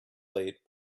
played